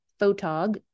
Photog